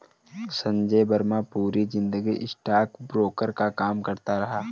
संजय वर्मा पूरी जिंदगी स्टॉकब्रोकर का काम करता रहा